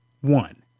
one